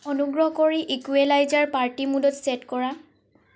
অনুগ্ৰহ কৰি equaliser party মোডত ছেট কৰা